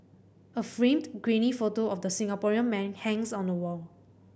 a framed grainy photo of the Singaporean man hangs on the wall